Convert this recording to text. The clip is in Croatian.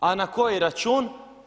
A na koji račun?